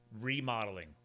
remodeling